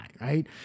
right